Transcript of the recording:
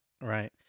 right